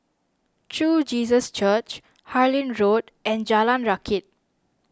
True Jesus Church Harlyn Road and Jalan Rakit